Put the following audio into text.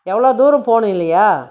எவ்வளோ தூரம் போகணும் இல்லையா